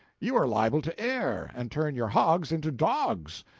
you are liable to err, and turn your hogs into dogs,